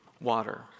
water